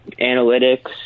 analytics